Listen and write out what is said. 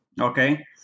Okay